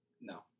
No